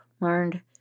learned